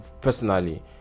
personally